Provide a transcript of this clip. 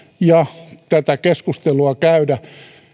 ja tätä keskustelua käydä